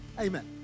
Amen